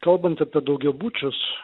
kalbant apie daugiabučius